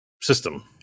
system